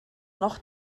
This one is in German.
noch